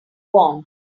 bonds